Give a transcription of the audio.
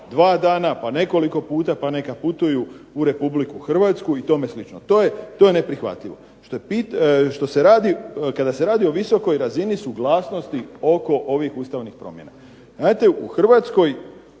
dva dana, pa nekoliko puta, pa neka putuju u Republiku Hrvatsku i tome slično. To je neprihvatljivo. Kada se radi o visokoj razini suglasnosti oko ovih ustavnih promjena. Znate, u Hrvatskoj